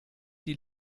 die